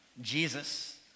Jesus